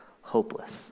hopeless